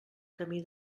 camí